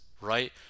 right